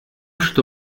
что